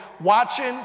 watching